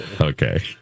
Okay